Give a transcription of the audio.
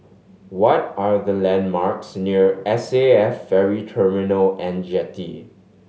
what are the landmarks near S A F Ferry Terminal And Jetty